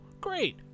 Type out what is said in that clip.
Great